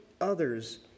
others